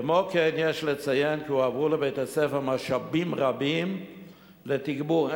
כמו כן יש לציין כי הועברו לבית-הספר משאבים רבים לתגבור,